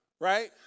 right